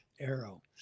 arrow